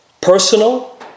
personal